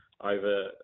over